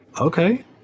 Okay